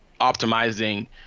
optimizing